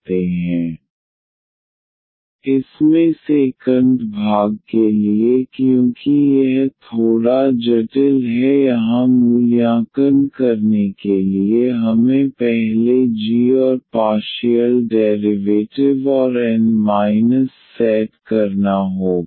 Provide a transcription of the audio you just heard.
MdxN ∂g∂ydyc इसमें second भाग के लिए क्योंकि यह थोड़ा जटिल है यहाँ मूल्यांकन करने के लिए हमें पहले जी और पार्शियल डेरिवेटिव और N माइनस सेट करना होगा